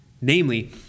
namely